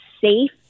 safe